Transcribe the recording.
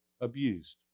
abused